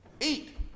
eat